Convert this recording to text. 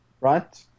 right